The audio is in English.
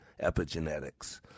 epigenetics